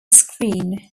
screen